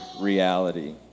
reality